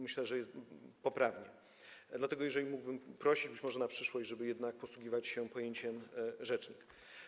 Myślę, że tak jest poprawnie, dlatego też, jeżeli mógłbym, prosiłbym - być może na przyszłość - żeby jednak posługiwać się pojęciem „rzecznik”